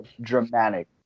dramatic